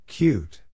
Cute